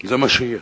זה מה שיהיה.